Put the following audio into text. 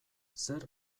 zer